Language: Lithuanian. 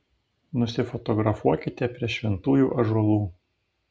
nusifotografuokite prie šventųjų ąžuolų